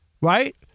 right